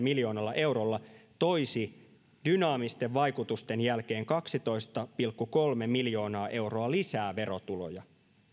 miljoonalla eurolla toisi dynaamisten vaikutusten jälkeen kaksitoista pilkku kolme miljoonaa euroa lisää verotuloja